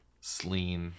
sleek